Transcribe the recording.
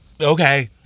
Okay